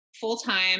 full-time